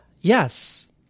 Yes